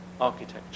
architecture